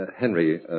Henry